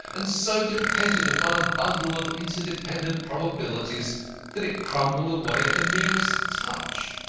and so dependent upon a bundle of interdependent probabilities that it crumbled away at the merest touch.